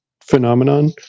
phenomenon